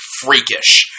freakish